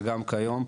וגם כיום,